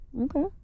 okay